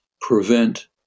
prevent